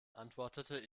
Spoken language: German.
antwortete